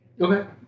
Okay